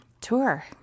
tour